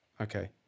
Okay